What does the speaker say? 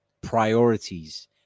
priorities